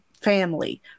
family